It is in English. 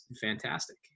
fantastic